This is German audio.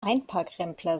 einparkrempler